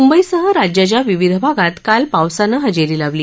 मुंबईसह राज्याच्या विविध भागात काल पावसानं हजेरी लावली